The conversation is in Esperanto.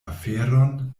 aferon